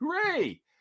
Hooray